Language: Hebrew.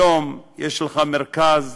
היום יש לך מרכז,